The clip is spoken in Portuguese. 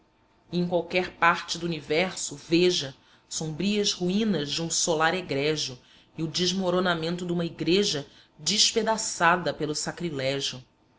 em qualquer parte do universo veja sombrias ruínas de um solar egrégio e o desmoronamento duma igreja despedaçada pelo sacrilégio